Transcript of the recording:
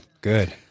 Good